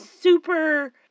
super